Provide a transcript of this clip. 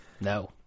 No